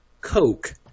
Coke